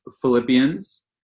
Philippians